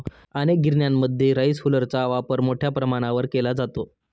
अनेक गिरण्यांमध्ये राईस हुलरचा वापर मोठ्या प्रमाणावर केला जातो